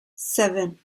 seven